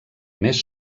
més